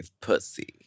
pussy